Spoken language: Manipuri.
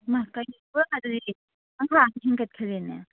ꯏꯃꯥ ꯄꯨꯔꯥ ꯑꯗꯨꯗꯤ ꯍꯦꯟꯒꯠꯗꯔꯦꯅꯦ